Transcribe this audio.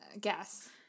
guess